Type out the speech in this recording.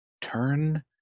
Turn